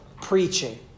preaching